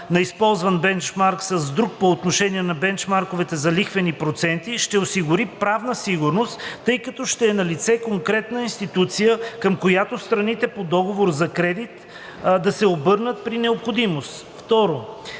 на използван бенчмарк с друг по отношение на бенчмарковете за лихвени проценти, ще осигури правна сигурност, тъй като ще е налице конкретна институция, към която страните по договор за кредит да се обърнат при необходимост. 2.